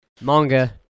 Manga